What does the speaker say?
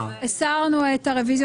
תודה רבה.